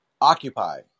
occupy